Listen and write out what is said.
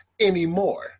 anymore